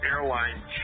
Airline